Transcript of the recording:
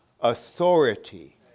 authority